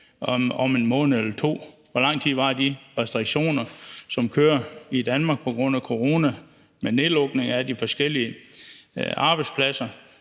om en måned eller to – hvor lang tid de restriktioner, som kører i Danmark på grund af corona, med nedlukning af de forskellige arbejdspladser,